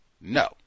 No